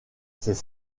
ses